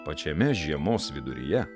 pačiame žiemos viduryje